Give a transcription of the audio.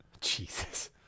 Jesus